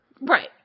Right